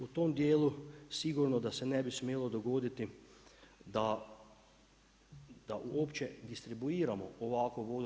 U tom djelu sigurno da se ne bi smjelo dogoditi da uopće distribuiramo ovakvu vodu.